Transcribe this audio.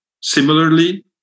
similarly